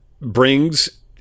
brings